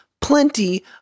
plenty